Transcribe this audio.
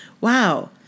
Wow